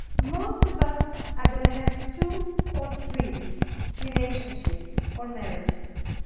most of us are going to have two or three relationships or marriages,